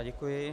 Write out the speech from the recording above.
Děkuji.